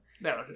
No